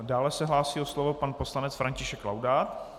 Dále se hlásí o slovo pan poslanec František Laudát.